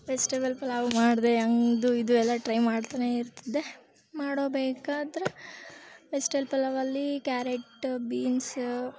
vegetable pulao ಮಾಡಿದೆ ಅದು ಇದು ಎಲ್ಲ ಟ್ರೈ ಮಾಡ್ತಲೇ ಇರ್ತಿದ್ದೆ ಮಾಡಬೇಕಾದರೆ ವೆಜ್ಟೇಬಲ್ ಪಲಾವಲ್ಲಿ ಕ್ಯಾರೇಟು ಬೀನ್ಸು